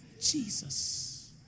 Jesus